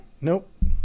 Nope